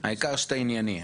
העיקר שאתה ענייני.